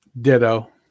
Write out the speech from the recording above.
Ditto